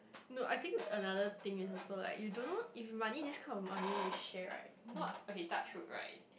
not I think another thing is also like you don't know if your money this kind of money we share right not okay touch wood right